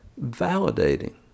validating